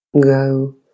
go